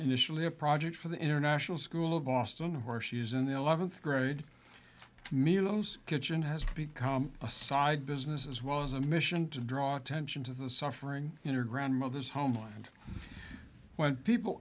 initially a project for the international school of boston where she is in eleventh grade miriam's kitchen has become a side business as well as a mission to draw attention to the suffering in her grandmother's homeland when people